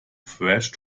fresh